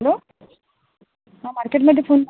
hello हा मार्केटमध्ये phone लावला